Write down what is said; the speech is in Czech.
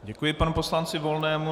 Děkuji panu poslanci Volnému.